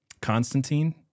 Constantine